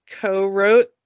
co-wrote